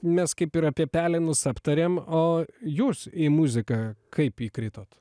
mes kaip ir apie pelenus aptarėm o jūs į muziką kaip įkritot